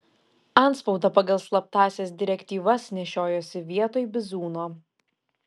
antspaudą pagal slaptąsias direktyvas nešiojosi vietoj bizūno